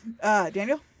Daniel